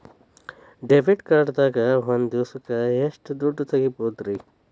Debit card ದಾಗ ಒಂದ್ ದಿವಸಕ್ಕ ಎಷ್ಟು ದುಡ್ಡ ತೆಗಿಬಹುದ್ರಿ?